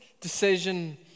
decision